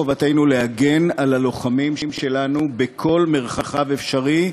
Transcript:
חובתנו להגן על הלוחמים שלנו בכל מרחב אפשרי,